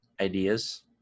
ideas